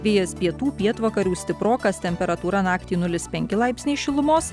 vėjas pietų pietvakarių stiprokas temperatūra naktįnulis penki laipsniai šilumos